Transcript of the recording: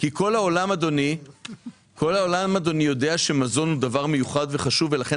כל העולם יודע שמזון הוא דבר מיוחד וחשוב ולכן